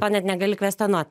to net negali kvestionuot